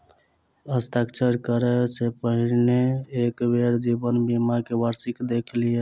हस्ताक्षर करअ सॅ पहिने एक बेर जीवन बीमा के वार्षिकी देख लिअ